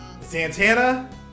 Santana